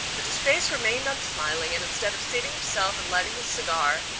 but his face remained unsmiling, and instead of seating himself and lighting his cigar,